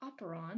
operon